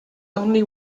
only